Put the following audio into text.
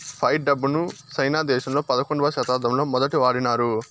fight డబ్బును China దేశంలో పదకొండవ శతాబ్దంలో మొదటి వాడినారు